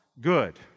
Good